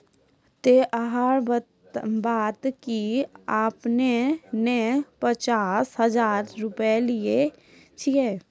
ते अहाँ बता की आपने ने पचास हजार रु लिए छिए?